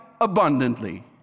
abundantly